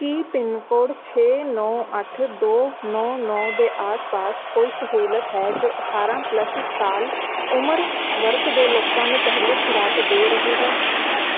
ਕੀ pincode ਛੇ ਨੌਂ ਅੱਠ ਦੋ ਨੌਂ ਨੌਂ ਦੇ ਆਸ ਪਾਸ ਕੋਈ ਸਹੂਲਤ ਹੈ ਜੋ ਅਠਾਰਾਂ ਪਲੱਸ ਸਾਲ ਉਮਰ ਵਰਗ ਦੇ ਲੋਕਾਂ ਨੂੰ ਪਹਿਲੀ ਖੁਰਾਕ ਦੇ ਰਹੀ ਹੈ